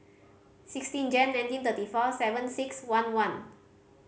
sixteen Jane nineteen thirty four seven six one one